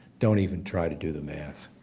don't even try to do the math.